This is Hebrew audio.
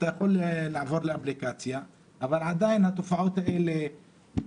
אתה יכול לעבור לאפליקציה, אבל התופעה עדיין נמצאת